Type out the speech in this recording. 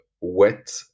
wet